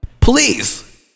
Please